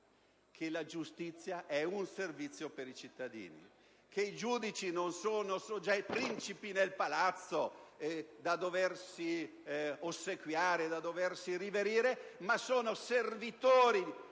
la giustizia è un servizio per i cittadini e i giudici non sono dei principi nel palazzo da doversi ossequiare e riverire, bensì servitori